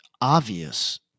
obvious